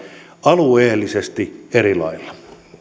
alueellisesti eri lailla